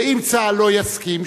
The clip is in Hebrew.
ואם צה"ל לא יסכים,